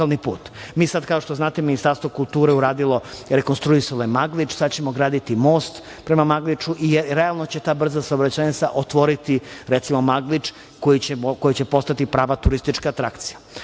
sad, kao što znate, Ministarstvo kulture je uradilo, rekonstruisalo Maglič, sad ćemo raditi most prema Malgiču i realno će ta brza saobraćajnica otvoriti, recimo Maglič koji će postati prava turistička atrakcija.E,